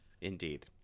Indeed